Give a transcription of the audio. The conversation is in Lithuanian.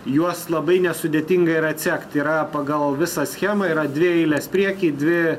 juos labai nesudėtinga yra atsekt yra pagal visą schemą yra dvi eilės prieky dvi